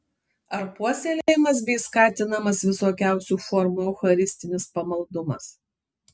ar puoselėjamas bei skatinamas visokiausių formų eucharistinis pamaldumas